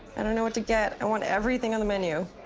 i don't know what to get. i want everything on the menu.